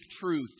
truth